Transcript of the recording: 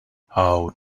how